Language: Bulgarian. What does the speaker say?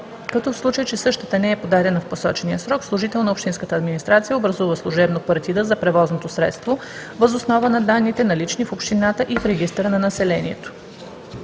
като в случай че същата не е подадена в посочения срок, служител на общинската администрация образува служебно партида за превозното средство въз основа на данните, налични в общината и в регистъра на населението.“;